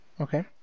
Okay